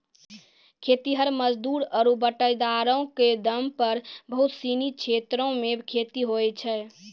खेतिहर मजदूर आरु बटाईदारो क दम पर बहुत सिनी क्षेत्रो मे खेती होय छै